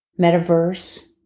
metaverse